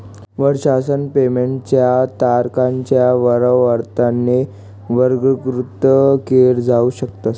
वर्षासन पेमेंट च्या तारखांच्या वारंवारतेने वर्गीकृत केल जाऊ शकत